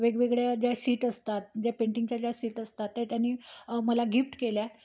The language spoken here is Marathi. वेगवेगळ्या ज्या शीट असतात ज्या पेंटिंगच्या ज्या शीट असतात त्या त्यानी मला गिफ्ट केल्या